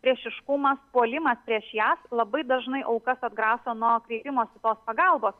priešiškumas puolimas prieš ją labai dažnai aukas atgraso nuo kreipimosi tos pagalbos